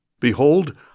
Behold